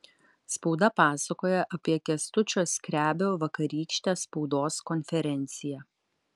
spauda pasakoja apie kęstučio skrebio vakarykštę spaudos konferenciją